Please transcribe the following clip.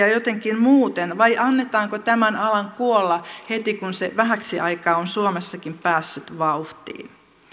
jotenkin muuten vai annetaanko tämän alan kuolla heti kun se vähäksi aikaa on suomessakin päässyt vauhtiin